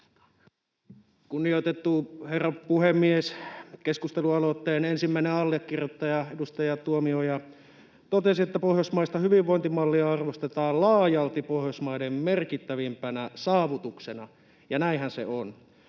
Kunnioitettu herra puhemies! Keskustelualoitteen ensimmäinen allekirjoittaja, edustaja Tuomioja totesi, että pohjoismaista hyvinvointimallia arvostetaan laajalti Pohjoismaiden merkittävimpänä saavutuksena, ja näinhän se on.